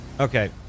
Okay